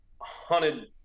hunted